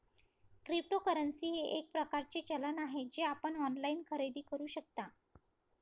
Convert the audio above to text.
cryptocurrency हे एक प्रकारचे चलन आहे जे आपण ऑनलाइन खरेदी करू शकता